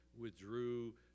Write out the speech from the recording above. withdrew